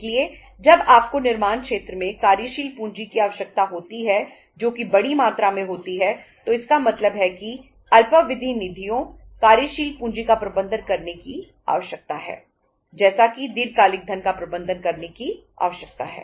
इसलिए जब आपको निर्माण क्षेत्र में कार्यशील पूंजी की आवश्यकता होती है जो कि बड़ी मात्रा में होती है तो इसका मतलब है कि अल्पावधि निधियों कार्यशील पूंजी का प्रबंधन करने की आवश्यकता है जैसा कि दीर्घकालिक धन का प्रबंधन करने की आवश्यकता है